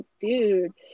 dude